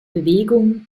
bewegungen